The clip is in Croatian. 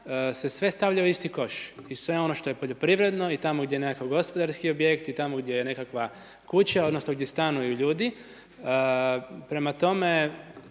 se sve stavlja u isti koš i sve ono što je poljoprivredno i tamo gdje je nekakav gospodarski objekt i tamo gdje je nekakva kuća odnosno gdje stanuju ljudi. Prema tome,